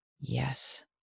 yes